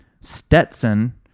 Stetson